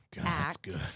act